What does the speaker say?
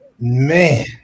man